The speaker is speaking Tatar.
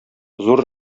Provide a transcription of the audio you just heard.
зур